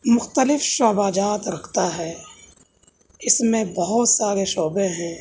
مختلف شعبہ جات رکھتا ہے اس میں بہت سارے شعبے ہیں